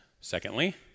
Secondly